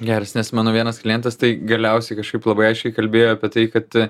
geras nes mano vienas klientas tai galiausiai kažkaip labai aiškiai kalbėjo apie tai kad